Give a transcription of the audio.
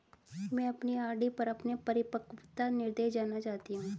मैं अपनी आर.डी पर अपना परिपक्वता निर्देश जानना चाहती हूँ